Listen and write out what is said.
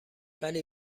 ولی